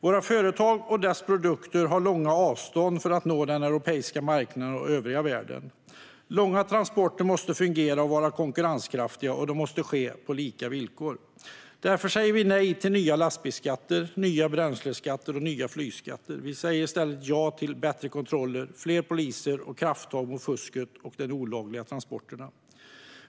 Våra företag och deras produkter har långa avstånd för att nå den europeiska marknaden och övriga världen. Långa transporter måste fungera och vara konkurrenskraftiga, och de måste ske på lika villkor. Därför säger vi nej till nya lastbilsskatter, nya bränsleskatter och nya flygskatter. Vi säger i stället ja till bättre kontroller, fler poliser och krafttag mot fusket och de olagliga transporterna.